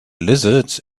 lizards